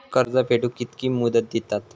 कर्ज फेडूक कित्की मुदत दितात?